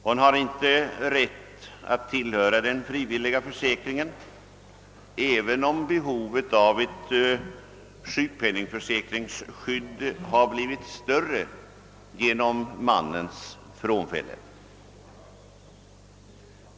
Hon har inte rätt att tillhöra den frivilliga försäkringen, även om behovet av ett sjukpenningförsäkringsskydd har blivit större genom mannens frånfälle.